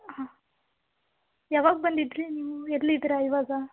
ಹಾಂ ಯಾವಾಗ ಬಂದಿದ್ದಿರಿ ನೀವು ಎಲ್ಲಿದ್ದೀರಾ ಈವಾಗ